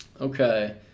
Okay